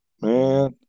Man